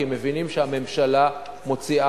כי הם מבינים שהממשלה מוציאה,